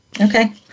okay